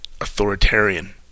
authoritarian